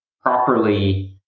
properly